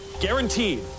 guaranteed